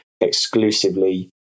exclusively